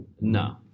No